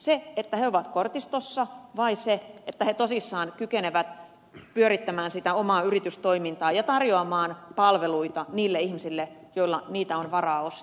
se että he ovat kortistossa vai se että he tosissaan kykenevät pyörittämään sitä omaa yritystoimintaa ja tarjoamaan palveluita niille ihmisille joilla niitä on varaa ostaa